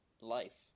life